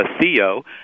Theo